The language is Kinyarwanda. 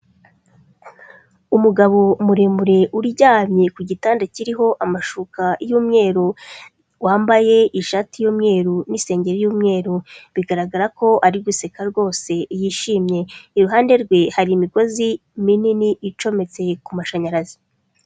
Umugabo muremure uryamye ku gitanda kiriho amashuka y'umweru, wambaye ishati y'umweru n'isengeri y'umweru. Bigaragara ko ari guseka rwose yishimye. Iruhande rwe hari imigozi minini icometse ku mashanyarazi.